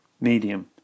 Medium